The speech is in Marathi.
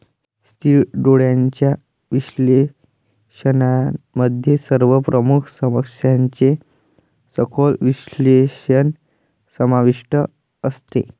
स्थिर डोळ्यांच्या विश्लेषणामध्ये सर्व प्रमुख समस्यांचे सखोल विश्लेषण समाविष्ट असते